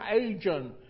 agent